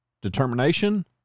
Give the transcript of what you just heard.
determination